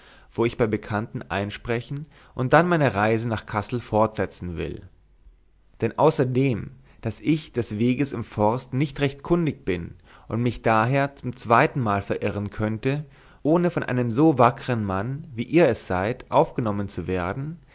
wo ich bei bekannten einsprechen und dann meine reise nach kassel fortsetzen will denn außer dem daß ich des weges im forst nicht recht kundig bin und mich daher zum zweitenmal verirren könnte ohne von einem so wackern mann wie ihr es seid aufgenommen zu werden